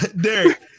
Derek